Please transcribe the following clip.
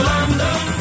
London